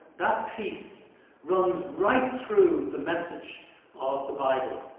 that peace runs right through the message of the bible,